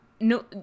no